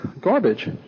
garbage